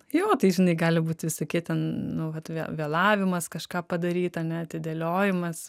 jo tai žinai gali būt visokie ten nu vat vėlavimas kažką padaryt ane atidėliojimas